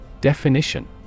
Definition